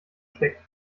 steckt